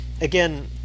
again